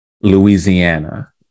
louisiana